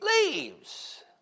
leaves